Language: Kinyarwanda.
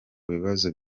bibazo